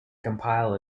compile